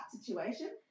situation